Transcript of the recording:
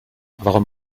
warum